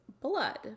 blood